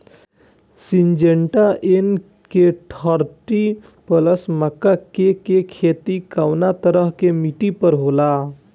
Syngenta NK thirty plus मक्का के के खेती कवना तरह के मिट्टी पर होला?